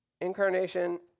Incarnation